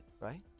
right